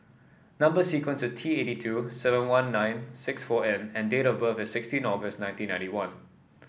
number sequence is T eighty two seven one nine six four N and date of birth is sixteen August nineteen ninety one